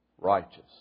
righteous